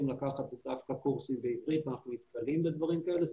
לקחת דווקא קורסים בעברית ואנחנו נתקלים בדברים כאלה,